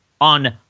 on